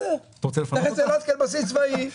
להתייחס לאילת כאל בסיס צבאי.